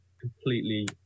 completely